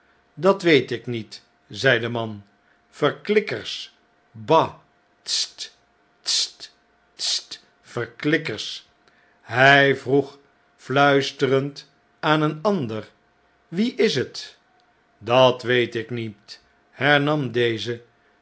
dat weet ik niet zei de man verklikkers bah tst tst tst verklikkers hii vroeg fluisterend aan een ander wie is het dat weet i k niet hernam deze